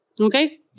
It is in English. okay